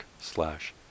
slash